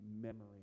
memory